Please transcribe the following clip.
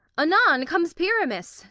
anon comes pyramus,